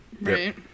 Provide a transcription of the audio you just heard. Right